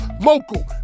local